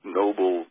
noble